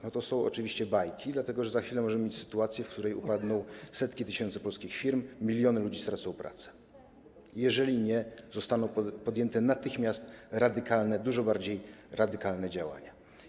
No to są oczywiście bajki, dlatego że za chwilę możemy mieć sytuację, w której upadną setki tysięcy polskich firm, miliony ludzi stracą pracę, jeżeli nie zostaną podjęte natychmiast radykalne, dużo bardziej radykalne działania.